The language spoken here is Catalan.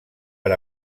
per